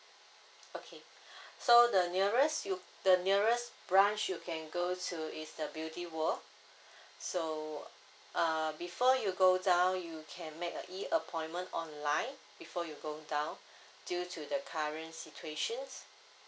okay so the nearest you the nearest branch you can go to is the beauty world so err before you go down you can make a E appointment online before you go down due to the current situations